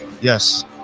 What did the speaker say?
yes